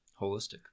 Holistic